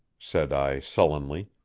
said i sullenly.